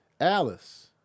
Alice